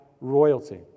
royalty